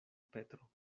petro